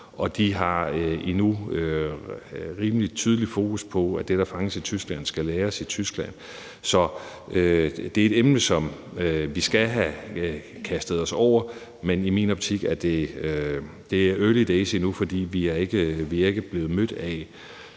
de har endnu rimelig tydeligt fokus på, at det, der fanges i Tyskland, skal lagres i Tyskland. Så det er et emne, som vi skal have kastet os over, men i min optik er det endnu ret tidligt, for vi er endnu ikke blevet mødt af